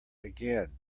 again